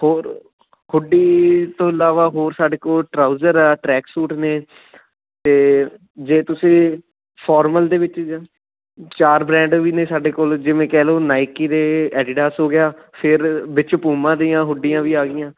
ਹੋਰ ਹੁੱਡੀ ਤੋਂ ਇਲਾਵਾ ਹੋਰ ਸਾਡੇ ਕੋਲ ਟ੍ਰਾਊਜ਼ਰ ਆ ਟਰੈਕ ਸੂਟ ਨੇ ਅਤੇ ਜੇ ਤੁਸੀਂ ਫੋਰਮਲ ਦੇ ਵਿੱਚ ਜਾਂ ਚਾਰ ਬਰੈਂਡ ਵੀ ਨੇ ਸਾਡੇ ਕੋਲ ਜਿਵੇਂ ਕਹਿ ਲਓ ਨਾਇਕੀ ਦੇ ਐਡੀਡਾਸ ਹੋ ਗਿਆ ਫਿਰ ਵਿੱਚ ਪੂਮਾ ਦੀਆਂ ਹੁੱਡੀਆਂ ਵੀ ਆ ਗਈਆਂ